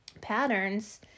patterns